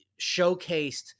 showcased